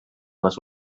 les